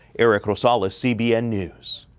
erik rosales, cbn news.